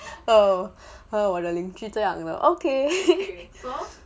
oh oh 我的邻居这样的 okay